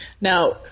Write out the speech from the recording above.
now